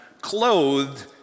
clothed